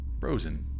frozen